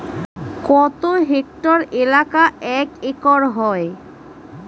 কত হেক্টর এলাকা এক একর হয়?